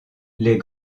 les